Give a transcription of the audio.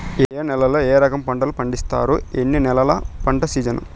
ఏ నేలల్లో ఏ రకము పంటలు పండిస్తారు, ఎన్ని నెలలు పంట సిజన్?